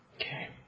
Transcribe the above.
Okay